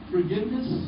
Forgiveness